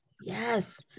yes